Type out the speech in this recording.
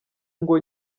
ngo